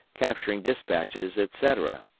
capturing despatches, etc.